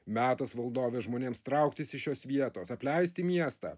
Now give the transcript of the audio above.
metas valdove žmonėms trauktis iš šios vietos apleisti miestą